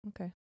Okay